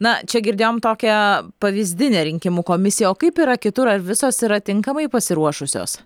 na čia girdėjom tokia pavyzdinę rinkimų komisiją o kaip yra kitur ar visos yra tinkamai pasiruošusios